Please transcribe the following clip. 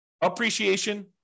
appreciation